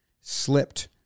slipped